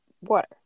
water